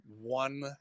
one